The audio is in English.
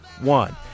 one